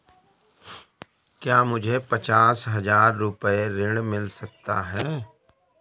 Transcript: क्या मुझे पचास हजार रूपए ऋण मिल सकता है?